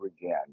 again